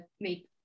make